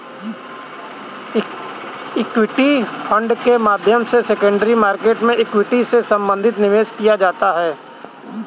equity fund के माध्यम से सेकेंडरी मार्केट में इक्विटी से संबंधित निवेश किया जाता है